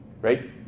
right